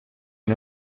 nos